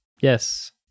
Yes